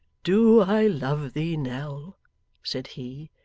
do i love thee, nell said he.